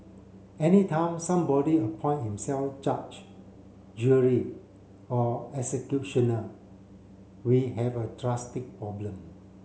any time somebody appoint himself judge jury or executioner we have a drastic problem